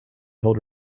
told